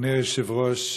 אדוני היושב-ראש,